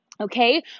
Okay